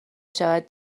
شود